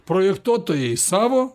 projektuotojai savo